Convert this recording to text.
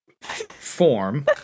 form